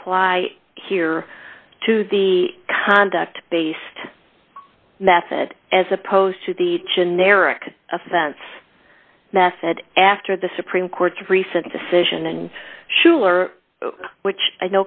apply here to the conduct based method as opposed to the generic offense method after the supreme court's recent decision and sure which i